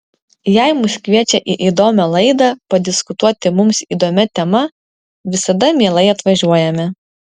jei mus kviečia į įdomią laidą padiskutuoti mums įdomia tema visada mielai atvažiuojame